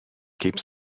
keeps